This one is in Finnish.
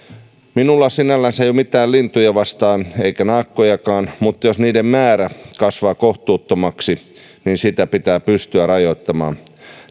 minulla sinällänsä ei ole mitään lintuja vastaan eikä naakkojakaan mutta jos niiden määrä kasvaa kohtuuttomaksi niin sitä pitää pystyä rajoittamaan